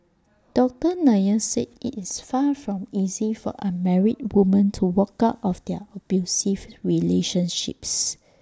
doctor Nair said IT is far from easy for unmarried woman to walk out of their abusive relationships